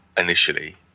initially